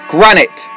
Granite